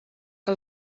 que